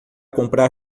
comprar